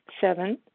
Seven